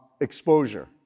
exposure